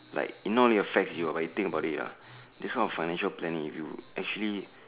like it not only affects you but you think about it ah this kind of financial planning if you actually